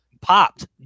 popped